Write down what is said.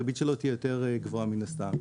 הריבית שלו תהיה יותר גבוהה מן הסתם.